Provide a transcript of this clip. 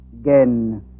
again